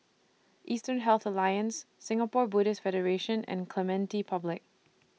Eastern Health Alliance Singapore Buddhist Federation and Clementi Public